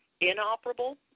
inoperable